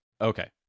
Okay